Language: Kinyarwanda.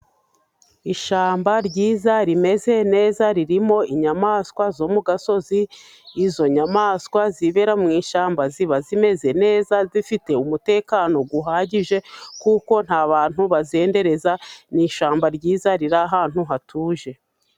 Ishyamba ryiza rimeze neza ririmo inyamaswa zo mu gasozi. Izo nyamaswa zibera mu ishyamba, ziba zimeze neza zifite umutekano uhagije, kuko nta bantu bazendereza. Ni ishyamba ryiza riri ahantu hatuje.